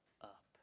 up